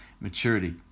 maturity